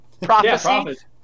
prophecy